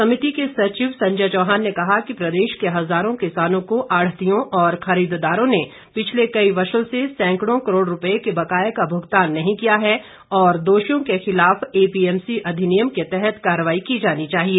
समिति के सचिव संजय चौहान ने कहा कि प्रदेश के हज़ारों किसानों को आढ़तियों और खरीददारों ने पिछले कई वर्षों से सैंकड़ों करोड़ रूपये के बकाए का भुगतान नहीं किया है और दोषियों के खिलाफ एपीएमसी अधिनियम के तहत कार्रवाई की जानी चाहिए